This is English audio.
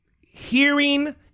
hearing